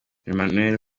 emmanuel